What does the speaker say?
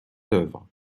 d’œuvre